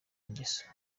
ngeso